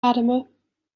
ademen